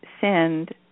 send